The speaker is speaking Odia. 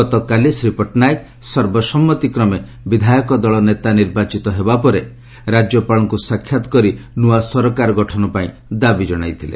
ଗତକାଲି ଶ୍ରୀ ପଟ୍ଟନାୟକ ସର୍ବସମ୍ମତିକ୍ରମେ ବିଧାୟକ ଦଳ ନେତା ନିର୍ବାଚିତ ହେବା ପରେ ରାଜ୍ୟପାଳଙ୍କୁ ସାକ୍ଷାତ୍ କରି ନୂଆ ସରକାର ଗଠନପାଇଁ ଦାବି ଜଣାଇଥିଲେ